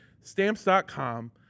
Stamps.com